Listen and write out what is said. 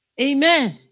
Amen